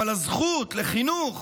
הזכות לחינוך